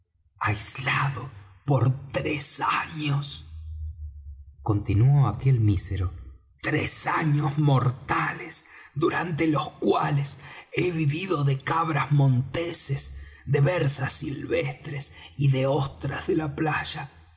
aislado por tres años continuó aquel mísero tres años mortales durante los cuales he vivido de cabras monteses de berzas silvestres y de ostras de la playa